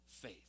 faith